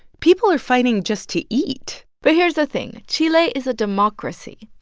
people are fighting just to eat but here's the thing. chile is a democracy.